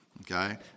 okay